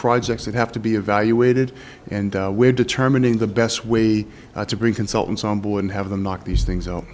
projects that have to be evaluated and we're determining the best way to bring consultants on board and have them knock these things